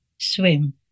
swim